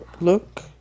Look